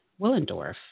Willendorf